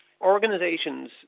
organizations